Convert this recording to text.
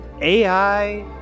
AI